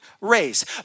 race